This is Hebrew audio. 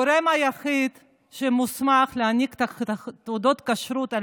הגורם היחיד שמוסמך להעניק תעודות כשרות על